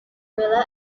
villa